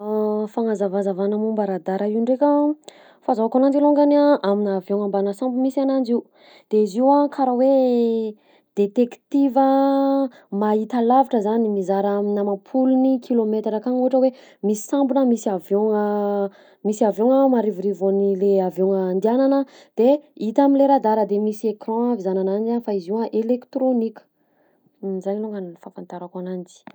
Fagnazavazavana momba radara io ndraika: fahazahoako ananjy alongany a aminà avion-gna mbanà sambo misy ananjy io, de izy io a karaha hoe détectiva mahita lavitra zany, mizaha raha amin'amam-polon'ny kilometra akagny ohatra hoe misy sambo na misy avion-gna misy avion-gna marivorivo an'ny le avion-gna andehanana de hita am'le radara, de misy écran a fizahana ananjy a fa izy io a elektronika, zany alongany fahafantarako ananjy.